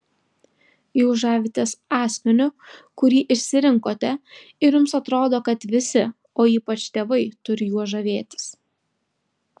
jūs žavitės asmeniu kurį išsirinkote ir jums atrodo kad visi o ypač tėvai turi juo žavėtis